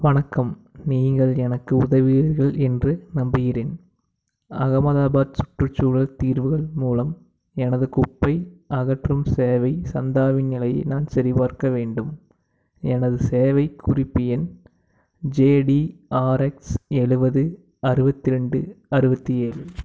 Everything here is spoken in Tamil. வணக்கம் நீங்கள் எனக்கு உதவுவீர்கள் என்று நம்புகிறேன் அகமதாபாத் சுற்றுச்சூழல் தீர்வுகள் மூலம் எனது குப்பை அகற்றும் சேவை சந்தாவின் நிலையை நான் சரிபார்க்க வேண்டும் எனது சேவை குறிப்பு எண் ஜேடிஆர்எக்ஸ் எழுவது அறுபத்தி ரெண்டு அறுபத்தி ஏழு